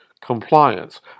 compliance